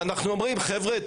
ואנחנו אומרים: חבר'ה,